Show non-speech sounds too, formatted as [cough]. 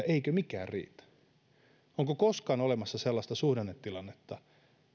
[unintelligible] eikö mikään riitä onko koskaan olemassa sellaista suhdannetilannetta